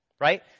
right